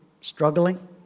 struggling